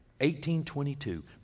1822